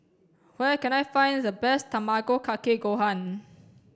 where can I find the best Tamago Kake Gohan